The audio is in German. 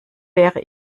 wäre